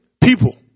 people